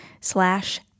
slash